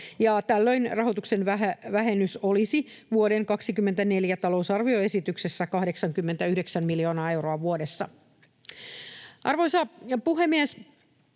tällöin rahoituksen vähennys olisi vuoden 24 talousarvioesityksessä 89 miljoonaa euroa vuodessa. Arvoisa puhemies!